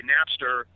Napster